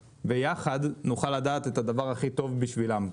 וביחד נוכל לדעת את הדבר הכי טוב בשבילם.